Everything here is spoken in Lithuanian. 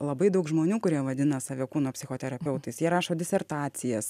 labai daug žmonių kurie vadina save kūno psichoterapeutais jie rašo disertacijas